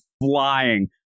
flying